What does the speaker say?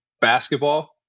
basketball